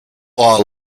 while